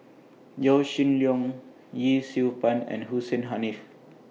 Yaw Shin Leong Yee Siew Pun and Hussein Haniff